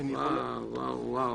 וואוו, וואוו.